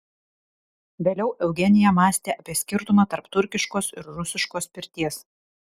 vėliau eugenija mąstė apie skirtumą tarp turkiškos ir rusiškos pirties